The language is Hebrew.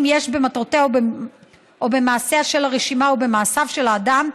אם יש במטרותיה או במעשיה של הרשימה או במעשיו של האדם,